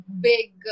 big